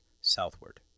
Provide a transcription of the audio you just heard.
southward